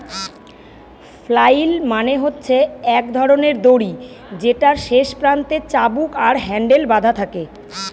flail মানে হচ্ছে এক ধরনের দড়ি যেটার শেষ প্রান্তে চাবুক আর হ্যান্ডেল বাধা থাকে